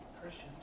Christians